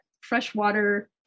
freshwater